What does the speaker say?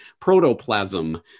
protoplasm